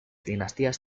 dinastías